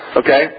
okay